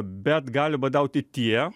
bet gali badauti tie